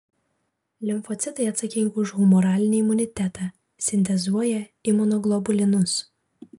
limfocitai atsakingi už humoralinį imunitetą sintezuoja imunoglobulinus